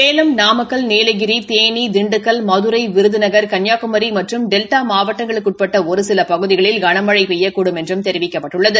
சேலம் நாமக்கல் நீலகிரி தேனி திண்டுக்கல் மதுரை விருதுநகர் கன்னியாகுமரி மற்றும் டெல்டா மாவடடங்களுக்கு உட்பட்ட ஒரு சில பகுதிகளில் களமழை பெய்யக்கூடும் என்றும் தெரிவிக்கப்பட்டுள்ளது